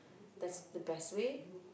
that's the best way